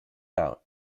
out